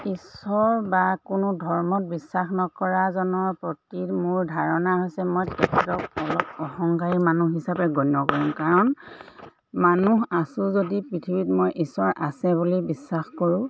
ঈশ্বৰ বা কোনো ধৰ্মত বিশ্বাস নকৰাজনৰ প্ৰতি মোৰ ধাৰণা হৈছে মই তেখেতক অলপ অহংকাৰী মানুহ হিচাপে গণ্য কৰিম কাৰণ মানুহ আছোঁ যদি পৃথিৱীত মই ঈশ্বৰ আছে বুলি বিশ্বাস কৰোঁ